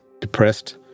Depressed